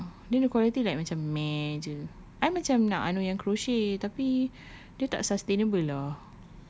ya then the quality like macam meh jer I macam nak anuh yang crotchet tapi dia tak sustainable ah